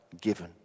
given